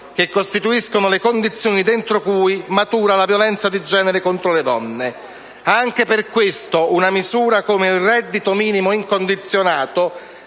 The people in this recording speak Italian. che costituiscono le condizioni dentro cui matura la violenza di genere contro le donne. Anche per questo una misura come il reddito minimo incondizionato